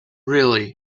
really